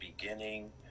beginning